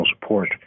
support